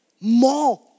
more